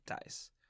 Dice